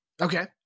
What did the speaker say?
Okay